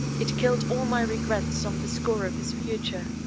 it killed all my regrets on the score of his future.